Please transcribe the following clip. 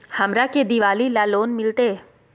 हमरा के दिवाली ला लोन मिलते?